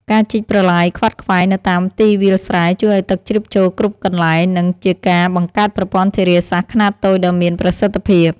ការជីកប្រឡាយខ្វាត់ខ្វែងនៅតាមទីវាលស្រែជួយឱ្យទឹកជ្រាបចូលគ្រប់កន្លែង និងជាការបង្កើតប្រព័ន្ធធារាសាស្ត្រខ្នាតតូចដ៏មានប្រសិទ្ធភាព។